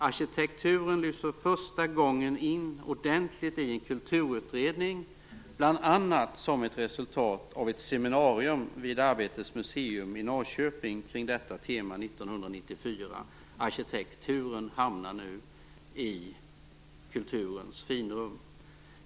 Arkitekturen lyfts för första gången in ordentligt i en kulturutredning, bl.a. som ett resultat av ett seminarium vid Arbetets museum i Norrköping kring detta tema 1994. Arkitekturen hamnar nu i kulturens finrum.